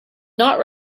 not